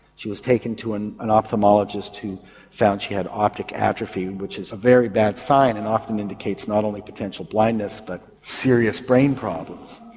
she was taken to an an ophthalmologist who found she had optic atrophy which is a very bad sign and often indicates not only potential blindness but serious brain problems.